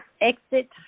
exit